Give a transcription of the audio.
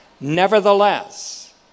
Nevertheless